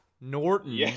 Norton